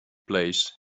placed